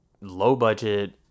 low-budget